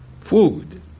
food